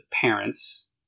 parents